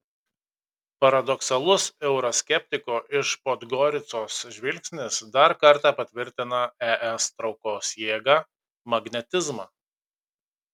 paradoksalus euroskeptiko iš podgoricos žvilgsnis dar kartą patvirtina es traukos jėgą magnetizmą